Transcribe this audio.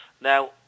Now